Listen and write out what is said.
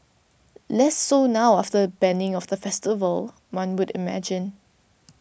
less so now after the banning of the festival one would imagine